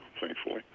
thankfully